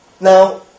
Now